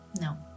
No